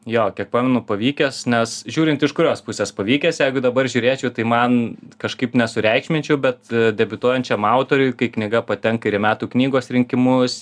jo kiek pamenu pavykęs nes žiūrint iš kurios pusės pavykęs jeigu dabar žiūrėčiau tai man kažkaip nesureikšminčiau bet debiutuojančiam autoriui kai knyga patenka ir į metų knygos rinkimus